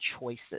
choices